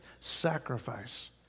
sacrifice